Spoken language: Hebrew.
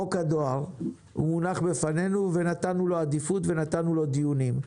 חוק הדואר מונח בפנינו ונתנו לו עדיפות ונתנו לו דיונים.